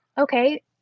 okay